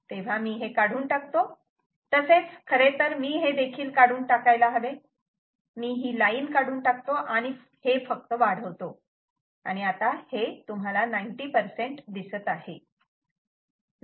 तेव्हा मी हे काढून टाकतो तसेच खरेतर मी हे देखील काढून टाकायला हवे मी ही लाईन काढून टाकतो आणि हे फक्त वाढवतो आणि आता हे 90 दिसत आहे